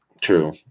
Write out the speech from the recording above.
True